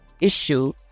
issue